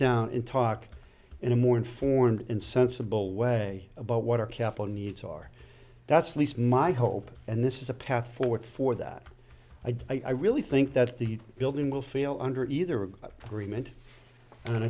down and talk in a more informed and sensible way about what our capital needs are that's least my hope and this is a path forward for that i do i really think that the building will fail under either of three meant and i